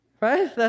right